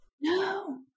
No